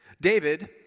David